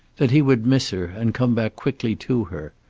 that he would miss her and come back quickly to her.